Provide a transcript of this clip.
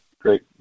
Great